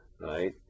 right